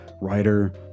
writer